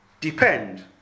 depend